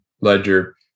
ledger